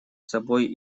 собой